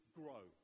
grow